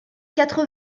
quatre